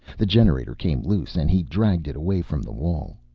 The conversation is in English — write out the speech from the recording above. the generator came loose and he dragged it away from the wall.